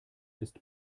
ist